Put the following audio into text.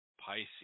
Pisces